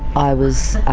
i was